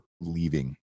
leaving